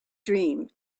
dream